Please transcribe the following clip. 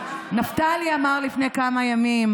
נפתלי אמר לפני כמה ימים: